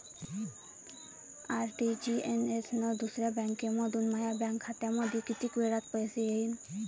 RTGS न दुसऱ्या बँकेमंधून माया बँक खात्यामंधी कितीक वेळातं पैसे येतीनं?